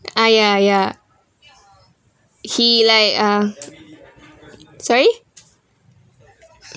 ah ya ya he like uh sorry